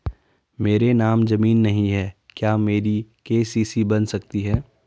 मेरे नाम ज़मीन नहीं है क्या मेरी के.सी.सी बन सकती है?